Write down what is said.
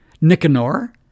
Nicanor